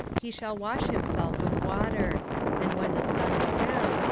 he shall wash himself with water and when the sun is down,